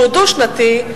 שהוא דו-שנתי,